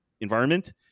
environment